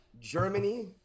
Germany